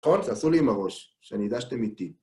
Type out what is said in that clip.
תעשו לי עם הראש, שאני אדע שאתם איתי.